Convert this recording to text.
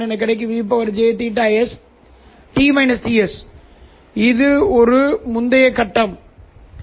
எனவே இந்த ஒத்திசைவான பெறுநர்களை சற்று வித்தியாசமான முறையில் மாற்றுவதன் மூலம் நான் அந்த sinθs பிரித்தெடுக்க முடியும்